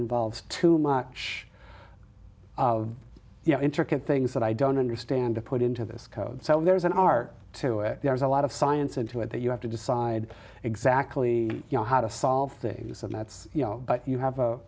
involves too much you know intricate things that i don't understand to put into this code so there's an art to it there's a lot of science into it that you have to decide exactly you know how to solve things and that's you know you have